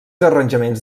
arranjaments